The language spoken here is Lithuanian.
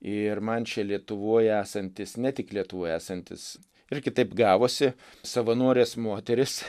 ir man čia lietuvoj esantis ne tik lietuvoj esantis ir kitaip gavosi savanorės moterys